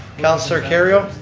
councillor kerrio?